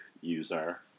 user